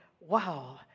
wow